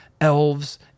elves